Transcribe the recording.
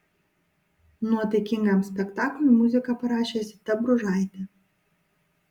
nuotaikingam spektakliui muziką parašė zita bružaitė